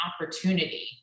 opportunity